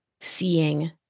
seeing